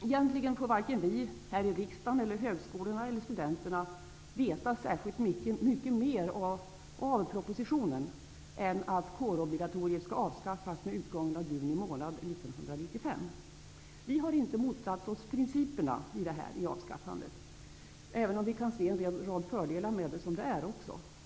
Egentligen får varken vi här i riksdagen eller högskolorna och studenterna veta särskilt mycket mer av propositionen än att kårobligatoriet skall avskaffas med utgången av juni 1995. Vi har inte motsatt oss principerna i avskaffandet, även om vi kan se en rad fördelar med kårobligatoriet.